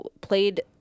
played